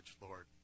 Lord